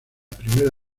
primera